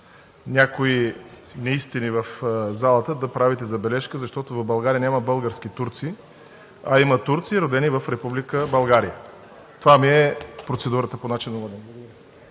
някои неистини в залата, да правите забележка, защото в България няма български турци, а има турци, родени в Република България. Това ми е процедурата по начина на водене.